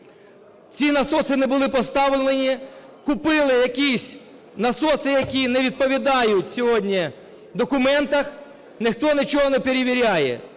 Ці насоси не були поставлені. Купили якісь насоси, які не відповідають сьогодні документам, ніхто нічого не перевіряє.